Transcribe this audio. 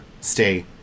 stay